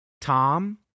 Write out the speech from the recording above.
Tom